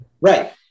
right